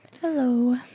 Hello